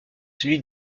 celui